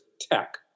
tech